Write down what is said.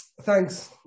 thanks